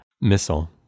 Missile